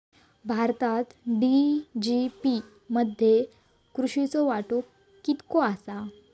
भारतात जी.डी.पी मध्ये कृषीचो वाटो कितको आसा?